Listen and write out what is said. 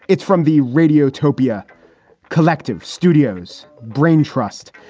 it's from the radio topia collective studios brain trust.